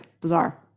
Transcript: bizarre